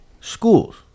schools